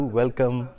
welcome